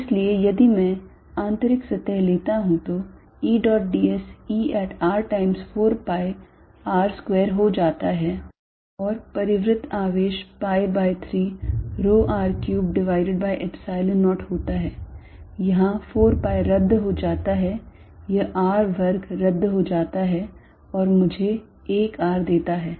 इसलिए यदि मैं आंतरिक सतह लेता हूं तो E dot ds E at r times 4 pi r square हो जाता है और परिवृत्त आवेश pi by 3 rho r cubed divided by Epsilon 0 होता है यहां 4 pi रद्द हो जाता है यह r वर्ग रद्द हो जाता है और मुझे एक r देता है